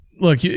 look